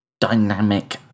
dynamic